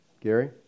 Gary